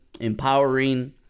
empowering